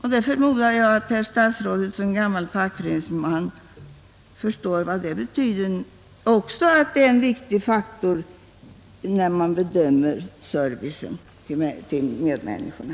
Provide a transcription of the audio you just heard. Jag förmodar att statsrådet som gammal fackföreningsman förstår att även detta är en viktig faktor när det gäller service till medmänniskorna.